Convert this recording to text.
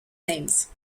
names